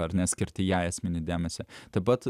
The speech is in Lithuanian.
ar neskirti jai esminį dėmesį taip pat